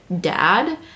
dad